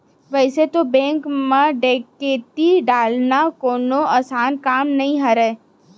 वइसे तो बेंक म डकैती डालना कोनो असान काम नइ राहय